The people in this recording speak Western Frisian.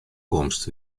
komst